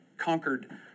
conquered